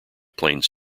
plains